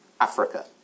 Africa